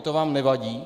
To vám nevadí?